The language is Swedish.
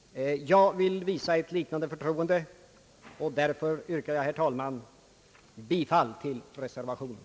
Jag vill visa ett liknande förtroende, och därför yrkar jag bifall till reservationen.